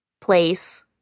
place